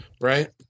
right